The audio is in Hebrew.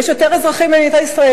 יש יותר אזרחים במדינת ישראל.